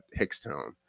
Hickstown